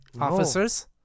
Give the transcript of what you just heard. officers